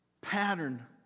pattern